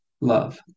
love